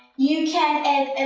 you can